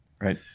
right